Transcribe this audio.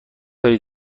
داری